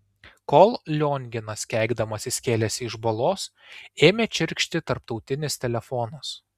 kol lionginas keikdamasis kėlėsi iš balos ėmė čirkšti tarptautinis telefonas